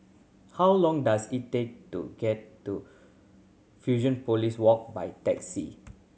how long does it take to get to Fusionopolis Walk by taxi